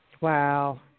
Wow